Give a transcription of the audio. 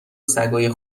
سگای